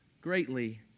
greatly